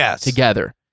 together